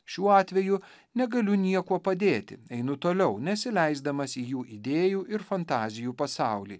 šiuo atveju negaliu niekuo padėti einu toliau nesileisdamas į jų idėjų ir fantazijų pasaulį